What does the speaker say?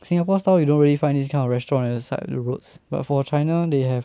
singapore style you don't really find this kind of restaurant you at the side of the roads but for china they have